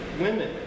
women